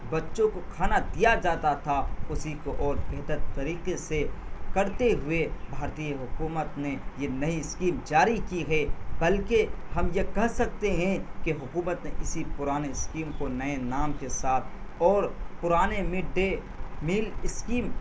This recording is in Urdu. بچوں کو کھانا دیا جاتا تھا اسی کو اور بہتر طریقے سے کرتے ہوئے بھارتیہ حکومت نے یہ نئی اسکیم جاری کی ہے بلکہ ہم یہ کہہ سکتے ہیں کہ حکومت نے اسی پرانے اسکیم کو نئے نام کے ساتھ اور پرانے مڈ ڈے میل اسکیل